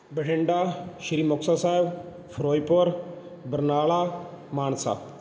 Bathinda Sri Muktsar Sahib Firozpur Barnala Mansa